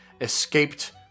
escaped